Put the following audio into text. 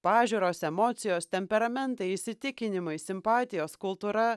pažiūros emocijos temperamentai įsitikinimai simpatijos kultūra